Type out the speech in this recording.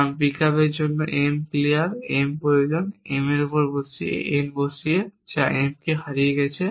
কারণ পিকআপের জন্য m ক্লিয়ার m প্রয়োজন M এর উপর n বসিয়ে যা M হারিয়ে গেছে